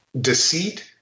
deceit